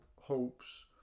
hopes